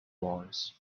wants